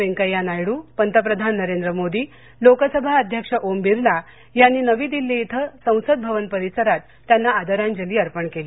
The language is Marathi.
वेन्कय्या नायडू पंतप्रधान नरेंद्र मोदी लोकसभा अध्यक्ष ओम बिर्ला यांनी नवी दिल्ली इथं संसद भवन परिसरात आदरांजली अर्पण केली